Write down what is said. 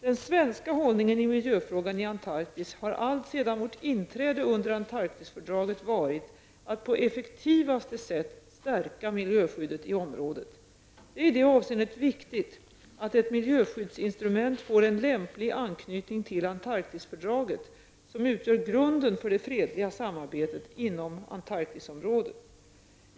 Den svenska hållningen i miljöfrågan i Antarktis har alltsedan vårt inträde under Antarktisfördraget varit att på effektivaste sätt stärka miljöskyddet i området. Det är i det avseendet viktigt att ett miljöskyddsinstrument får en lämplig anknytning till Antarktisfördraget, som utgör grunden för det fredliga samarbetet inom Antarktisområdet.